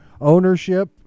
ownership